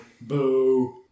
boo